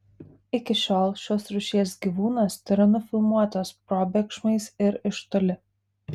iki šiol šios rūšies gyvūnas tėra nufilmuotas probėgšmais ir iš toli